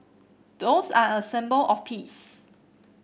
doves are a symbol of peace